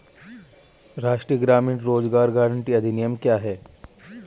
राष्ट्रीय ग्रामीण रोज़गार गारंटी अधिनियम क्या है?